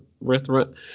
restaurant